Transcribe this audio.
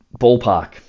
ballpark